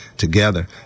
together